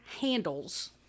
handles